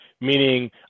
meaning